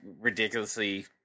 ridiculously